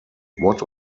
what